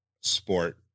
sport